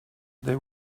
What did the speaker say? they